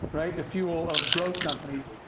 right? the fuel of growth companies.